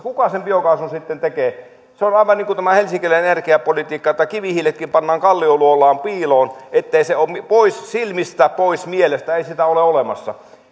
kuka sen biokaasun sitten tekee se on aivan niin kuin tämä helsinkiläinen energiapolitiikka että kivihiiletkin pannaan kallioluolaan piiloon pois silmistä pois mielestä ei niitä ole olemassa